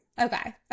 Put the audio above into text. Okay